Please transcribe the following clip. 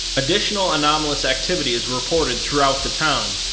additional anomalous activity is reported throughout the town,